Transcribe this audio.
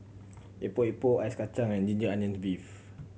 Epok Epok ice kacang and ginger onions beef